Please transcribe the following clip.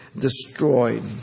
destroyed